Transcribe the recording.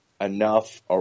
enough